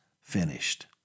finished